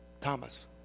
Thomas